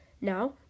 Now